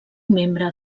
membre